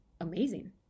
amazing